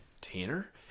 tanner